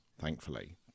thankfully